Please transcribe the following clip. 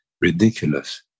ridiculous